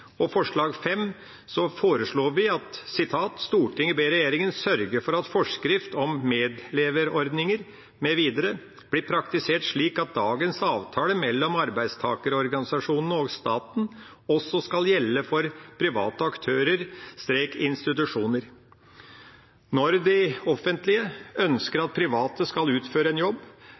foreslår vi: «Stortinget ber regjeringen sørge for at forskrift om medleverordninger mv. blir praktisert slik at dagens avtale mellom arbeidstakerorganisasjonene og staten også skal gjelde for private aktører/institusjoner.» Når det offentlige ønsker at private skal utføre en jobb